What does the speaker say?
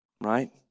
right